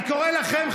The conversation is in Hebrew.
אני קורא לכם,